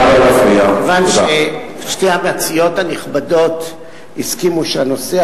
כיוון ששתי המציעות הנכבדות הסכימו שהנושא